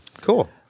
Cool